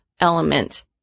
element